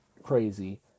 Crazy